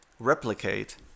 replicate